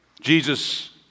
Jesus